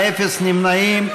ואחד גם יודע לתאם את הזמן עם עצמו,